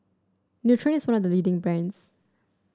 Nutren is one of the leading brands